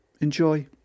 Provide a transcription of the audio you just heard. Enjoy